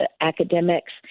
academics